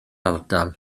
ardal